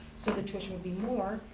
so the tuition would be more.